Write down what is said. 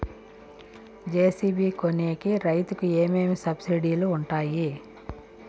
JCB కొనేకి రైతుకు ఏమేమి సబ్సిడి లు వుంటాయి?